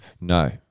No